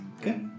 Okay